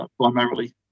primarily